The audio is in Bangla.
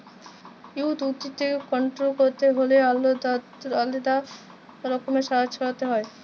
উইড উদ্ভিদকে কল্ট্রোল ক্যরতে হ্যলে আলেদা রকমের সার ছড়াতে হ্যয়